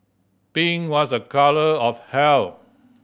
pink was a colour of health